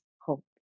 hope